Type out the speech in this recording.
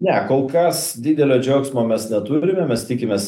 ne kol kas didelio džiaugsmo mes neturime mes tikimės